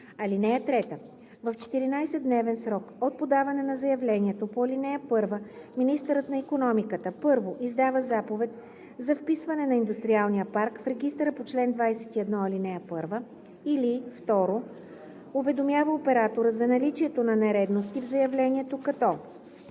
(3) В 14-дневен срок от подаване на заявлението по ал. 1 министърът на икономиката: 1. издава заповед за вписване на индустриалния парк в регистъра по чл. 21, ал. 1, или 2. уведомява оператора за наличието на нередовности в заявлението, като: